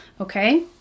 okay